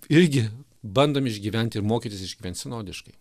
irgi bandom išgyvent ir mokytis išgyvent sinodiškai